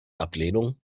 ablehnung